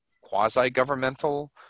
quasi-governmental